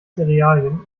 zerealien